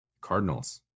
Cardinals